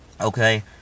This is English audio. Okay